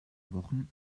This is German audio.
wochen